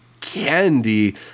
Candy